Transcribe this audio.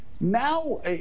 now